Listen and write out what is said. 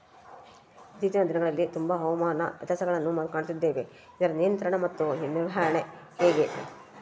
ಇತ್ತೇಚಿನ ದಿನಗಳಲ್ಲಿ ತುಂಬಾ ಹವಾಮಾನ ವ್ಯತ್ಯಾಸಗಳನ್ನು ಕಾಣುತ್ತಿದ್ದೇವೆ ಇದರ ನಿಯಂತ್ರಣ ಮತ್ತು ನಿರ್ವಹಣೆ ಹೆಂಗೆ?